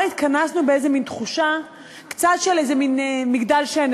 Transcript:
התכנסנו קצת באיזה מין תחושה של איזה מין מגדל שן,